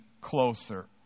closer